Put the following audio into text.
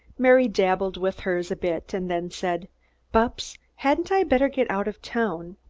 mary dabbled with hers a bit and then said bupps, hadn't i better get out of town?